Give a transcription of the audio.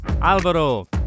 Alvaro